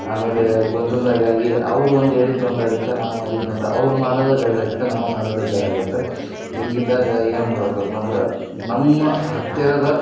ಆಮೇಲೆ ಗೊಂದಲ್ದಾಗ ಆಗಿ ಅವ್ರು ಒಂದು ಹೇಳಿದ್ ಒಂದು ಆಗತ್ತೆ ನಾವು ಮಾಡಿದ್ದು ಒಂದು ಅವ್ರು ಮಾಡೋದ ಬೇರೆ ಇರತ್ತೆ ನಾವು ಮಾಡೋದೇ ಬೇರೆ ಆಗತ್ತೆ ಹಿಂಗಿದ್ದಾಗ ಏನು ಮಾಡ್ಬೇಕಪ್ಪ ಅಂದ್ರೆ ನಮ್ಮ ಹತ್ತಿರದ